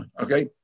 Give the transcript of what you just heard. Okay